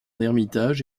ermitage